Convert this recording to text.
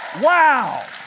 Wow